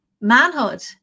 manhood